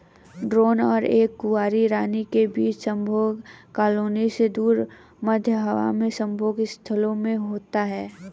drone और एक कुंवारी रानी के बीच संभोग कॉलोनी से दूर, मध्य हवा में संभोग स्थलों में होता है